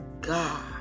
God